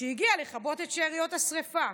שהגיע לכבות את שאריות השרפה.